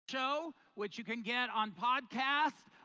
so what you can get on podcast.